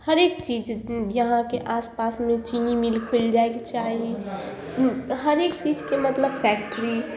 हरेक चीज जे अहाँके आसपासमे चीनी मिल खुलि जाइके चाही हरेक चीजके मतलब फैक्ट्री